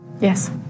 Yes